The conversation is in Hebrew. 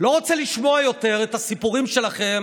לא רוצה לשמוע יותר את הסיפורים שלכם